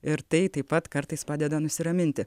ir tai taip pat kartais padeda nusiraminti